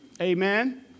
Amen